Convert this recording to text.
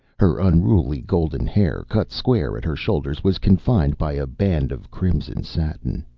her unruly golden hair, cut square at her shoulders, was confined by a band of crimson satin.